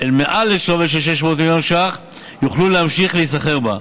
אל מעל לשווי של 600 מיליון ש"ח יוכלו להמשיך להיסחר בה,